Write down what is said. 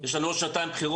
יש לנו בעוד שנתיים בחירות,